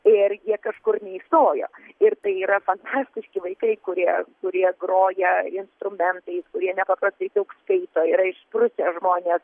ir jie kažkur neįstojo ir tai yra fantastiški vaikai kurie kurie groja instrumentais kurie nepaprastai daug skaito yra išprusę žmonės